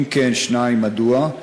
2. אם כן, מדוע?